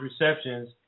receptions